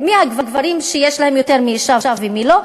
אז פתאום הם יכולים לעקוב מי הגברים שיש להם יותר מאישה ומי לא.